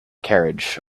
carriage